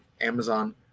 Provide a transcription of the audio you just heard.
Amazon